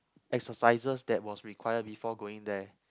exercises that was required before going there